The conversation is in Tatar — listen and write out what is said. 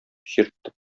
чиртеп